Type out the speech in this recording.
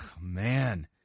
Man